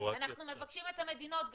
אנחנו מבקשים את המדינות,